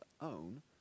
own